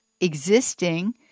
existing